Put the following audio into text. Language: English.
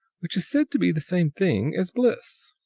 which is said to be the same thing as bliss.